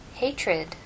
Hatred